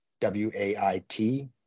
W-A-I-T